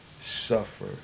suffer